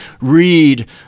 read